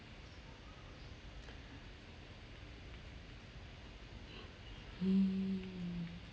hmm